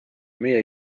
meie